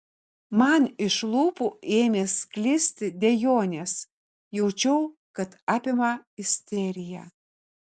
man iš lūpų ėmė sklisti dejonės jaučiau kad apima isterija